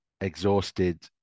exhausted